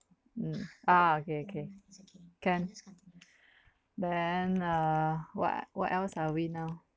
mm bar okay okay can then uh what what else are we now